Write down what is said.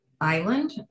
island